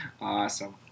Awesome